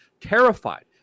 terrified